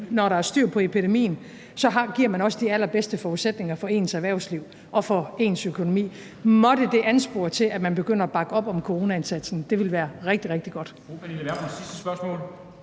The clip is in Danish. når der er styr på epidemien, giver man også de allerbedste forudsætninger for ens erhvervsliv og for ens økonomi. Måtte det anspore til, at man begynder at bakke op om coronaindsatsen – det ville være rigtig, rigtig godt.